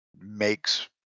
makes